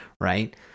right